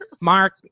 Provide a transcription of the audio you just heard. Mark